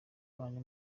wanjye